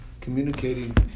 communicating